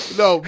no